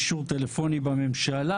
אישור טלפוני בממשלה,